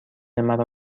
مرا